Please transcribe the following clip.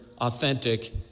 authentic